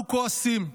אנחנו כועסים.